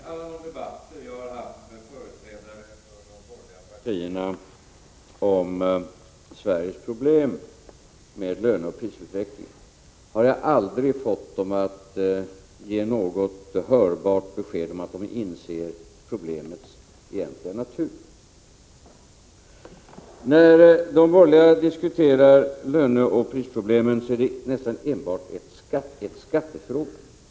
Fru talman! I alla debatter jag har haft med företrädare från de borgerliga partierna om Sveriges problem med löneoch prisutvecklingen, har jag aldrig fått dem att ge något hörbart besked om att de inser problemets egentliga natur. När de borgerliga diskuterar löneoch prisproblemen är det nästan enbart en fråga om skatter.